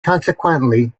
consequently